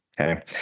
Okay